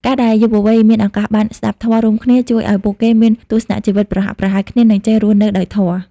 ការដែលយុវវ័យមានឱកាសបាន "ស្ដាប់ធម៌" រួមគ្នា ជួយឱ្យពួកគេមានទស្សនៈជីវិតប្រហាក់ប្រហែលគ្នា និងចេះរស់នៅដោយធម៌។